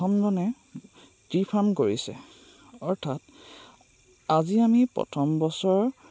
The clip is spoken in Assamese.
প্ৰথমজনে ট্ৰি ফাৰ্ম কৰিছে অৰ্থাৎ আজি আমি প্ৰথম বছৰ